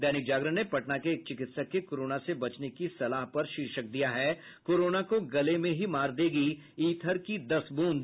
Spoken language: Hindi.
दैनिक जागरण ने पटना के एक चिकित्सक के कोरोना से बचने की सलाह पर शीर्षक दिया है कोरोना को गले में ही मार देगी इथर की दस ब्रूंद